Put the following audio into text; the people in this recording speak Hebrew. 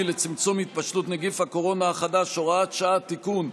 לצמצום התפשטות נגיף הקורונה (הוראת שעה) (תיקון),